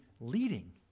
leading